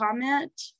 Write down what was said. comment